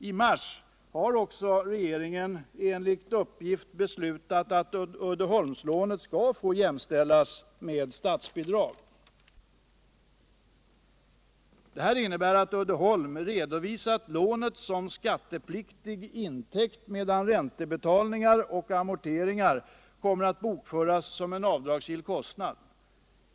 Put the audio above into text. I mars har också regeringen enligt uppgift beslutat att Uddeholmslånet skall få jämställas med statsbidrag. Det här innebär att Uddeholm redovisar lånet som skattepliktig intäkt, medan räntebetalningar och amorteringar kommer att bokföras som en avdragsgill kostnad.